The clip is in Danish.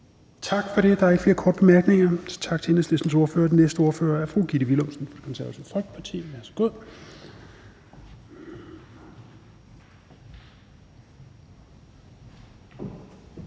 Tak for det. Der er ikke flere korte bemærkninger. Tak til Enhedslistens ordfører. Den næste ordfører er fru Gitte Willumsen, Det Konservative Folkeparti. Værsgo.